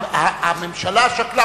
הממשלה שקלה,